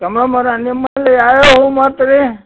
ಕಮಲಮ್ಮ ಅವರೆ ನಿಮ್ಮಲ್ಲಿ ಯಾವ್ಯಾವ ಹೂವು ಮಾರುತ್ತೀರಿ